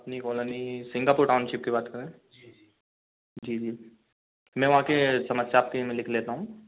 अपनी colony Singapore township कि बात कर रहे जी जी मैं वहाँ के समस्या आप के ही में लिख लेता हूँ